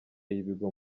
y’ibigo